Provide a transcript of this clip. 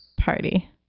party